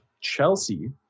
Chelsea